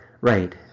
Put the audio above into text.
Right